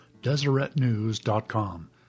DeseretNews.com